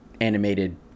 animated